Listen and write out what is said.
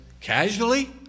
casually